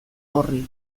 horri